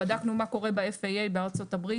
בדקנו מה קורה ב- FAA בארצות הברית.